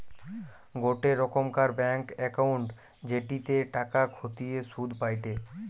গোটে রোকমকার bank account জেটিতে টাকা খতিয়ে শুধ পায়টে